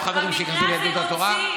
לעוד חברים שייכנסו ליהדות התורה.